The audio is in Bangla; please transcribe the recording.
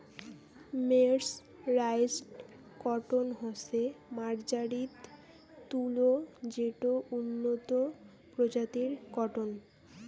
মের্সরাইসড কটন হসে মার্জারিত তুলো যেটো উন্নত প্রজাতির কটন